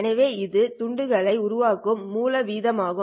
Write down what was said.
எனவே இது துண்டுகளை உருவாக்கும் மூல வீதம் ஆகும்